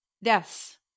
Yes